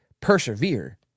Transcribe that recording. persevere